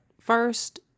first